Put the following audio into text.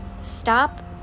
Stop